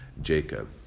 Jacob